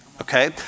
Okay